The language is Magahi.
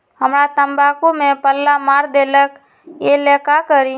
हमरा तंबाकू में पल्ला मार देलक ये ला का करी?